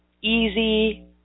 easy